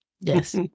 Yes